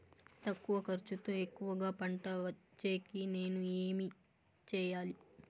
తక్కువ ఖర్చుతో ఎక్కువగా పంట వచ్చేకి నేను ఏమి చేయాలి?